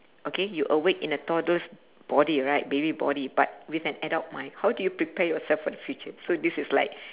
okay you awake in a toddler's body right baby body but with an adult mind how do you prepare yourself for the future so this is like